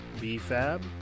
B-Fab